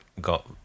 got